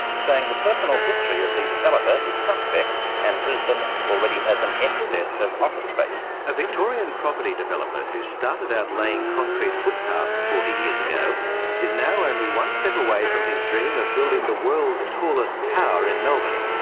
saying the personal history of the developer is suspect and brisbane already has an excess of office space. a victorian property developer who started out laying concrete footpaths forty years ago is now only one step away from his dream of building the world's tallest tower, in melbourne.